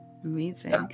Amazing